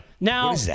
Now